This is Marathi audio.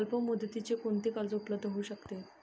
अल्पमुदतीचे कोणते कर्ज उपलब्ध होऊ शकते?